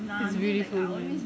it's beautiful